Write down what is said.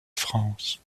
france